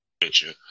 Picture